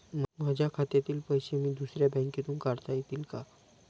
माझ्या खात्यातील पैसे मी दुसऱ्या बँकेतून काढता येतील का?